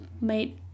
made